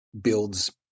builds